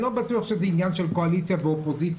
אני לא בטוח שזה עניין של קואליציה ואופוזיציה.